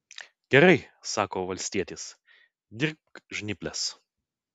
gerai sako valstietis dirbk žnyples